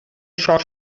short